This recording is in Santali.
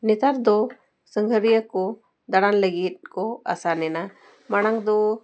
ᱱᱮᱛᱟᱨ ᱫᱚ ᱥᱟᱸᱜᱷᱟᱨᱤᱭᱟᱹ ᱠᱚ ᱫᱟᱬᱟᱱ ᱞᱟᱹᱜᱤᱫ ᱠᱚ ᱟᱥᱟᱱᱮᱱᱟ ᱢᱟᱲᱟᱝ ᱫᱚ